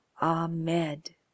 Ahmed